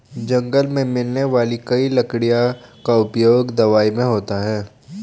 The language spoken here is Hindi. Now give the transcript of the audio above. जंगल मे मिलने वाली कई लकड़ियों का उपयोग दवाई मे होता है